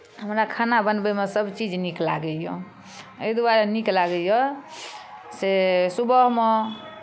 हमरा खाना बनबैमे सभचीज नीक लागैए एहि दुआरे नीक लागैए से सुबहमे